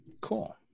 cool